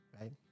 right